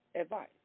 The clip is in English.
advice